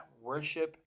worship